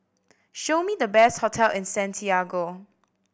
show me the best hotel in Santiago